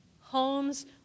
Homes